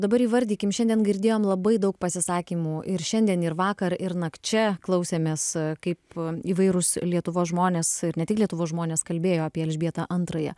dabar įvardykim šiandien girdėjom labai daug pasisakymų ir šiandien ir vakar ir nakčia klausėmės kaip įvairūs lietuvos žmonės ir ne tik lietuvos žmonės kalbėjo apie elžbietą antrąją